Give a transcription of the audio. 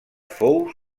fou